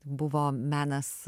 buvo menas